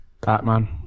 Batman